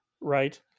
Right